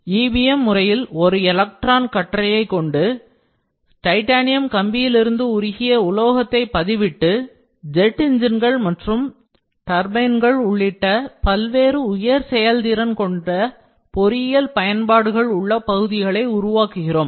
EBM முறையில் ஒரு electron கற்றயை கொண்டு டைட்டானியம் கம்பியில் இருந்து உருகிய உலோகத்தை பதிவிட்டு ஜெட் என்ஜின்கள் மற்றும் டர்பைன்கள் உள்ளிட்ட பல்வேறு உயர் செயல்திறன் கொண்ட பொறியியல் பயன்பாடுகள் உள்ள பகுதிகளை உருவாக்குகிறோம்